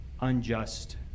unjust